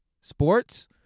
sports